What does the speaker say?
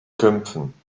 kämpfen